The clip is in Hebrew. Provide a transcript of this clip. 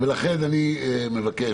אני מבקש